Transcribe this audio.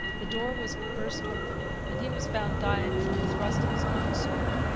the door was burst open, and he was found dying from the thrust of his own sword.